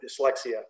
dyslexia